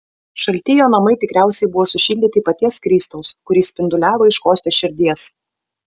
šalti jo namai tikriausiai buvo sušildyti paties kristaus kuris spinduliavo iš kostios širdies